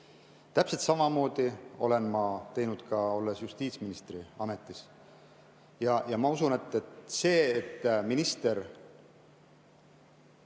Täpselt samamoodi olen ma teinud ka, olles justiitsministri ametis. Ma usun, et see, et minister